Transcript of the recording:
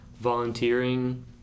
volunteering